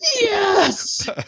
Yes